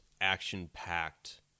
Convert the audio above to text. action-packed